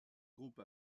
groupe